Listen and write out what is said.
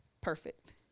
perfect